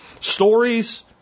Stories